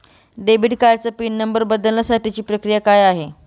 Debit कार्डचा PIN number बदलण्यासाठीची प्रक्रिया काय आहे?